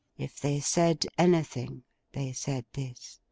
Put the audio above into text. if they said anything they said this,